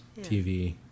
TV